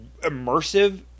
immersive